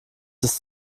ist